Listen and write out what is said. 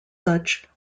such